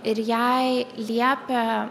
ir jai liepė